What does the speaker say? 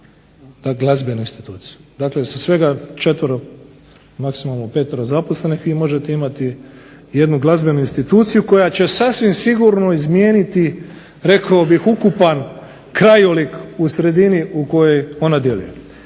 Dakle, sa svega četvero, maksimalno petero zaposlenih vi možete imati jednu glazbenu instituciju koja će sasvim sigurno izmijeniti rekao bih ukupan krajolik u sredini u kojoj ona djeluje.